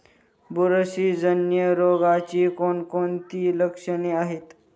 बुरशीजन्य रोगाची कोणकोणती लक्षणे आहेत?